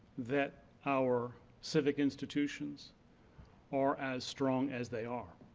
that our civic institutions are as strong as they are.